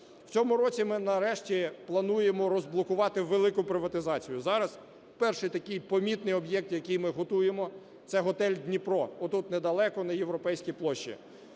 В цьому році ми нарешті плануємо розблокувати велику приватизацію. Зараз перший такий помітний об'єкт, який ми готуємо – це готель "Дніпро" отут недалеко, на Європейській площі.